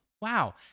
wow